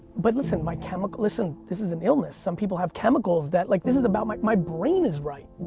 but listen, my chemic, listen this is an illness, some people have chemicals that, like this is about my my brain is right.